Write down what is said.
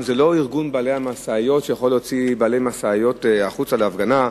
זה לא ארגון בעלי המשאיות שיכול להוציא בעלי משאיות החוצה להפגנה,